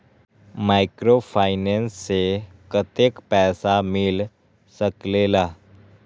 Microfinance से कतेक पैसा मिल सकले ला?